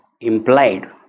implied